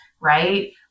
right